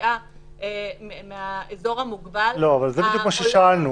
ויציאה מהאזור המוגבל --- אבל זה בדיוק מה ששאלתי.